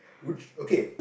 which okay